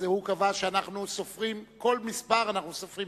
קבע שאנחנו סופרים כל מספר בזכר.